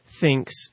thinks